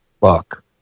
fuck